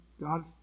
God